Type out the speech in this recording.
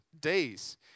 days